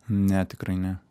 ne tikrai ne